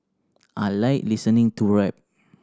I like listening to rap